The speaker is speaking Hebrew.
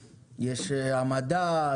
המדע,